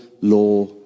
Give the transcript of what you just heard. law